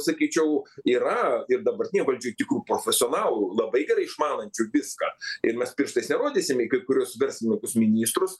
sakyčiau yra ir dabartinėj valdžioj tikrų profesionalų labai gerai išmanančių viską ir mes pirštais nerodysim į kai kuriuos verslininkus ministrus